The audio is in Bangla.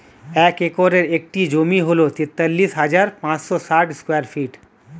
এক একরের একটি জমি হল তেতাল্লিশ হাজার পাঁচশ ষাট স্কয়ার ফিট